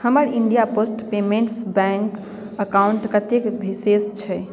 हमर India post payments bank account कतेक शेष छै